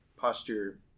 posture